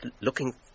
looking